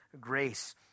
grace